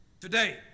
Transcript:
Today